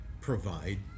provide